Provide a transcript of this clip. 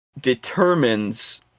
determines